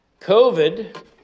COVID